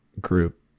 group